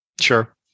Sure